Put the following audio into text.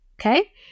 okay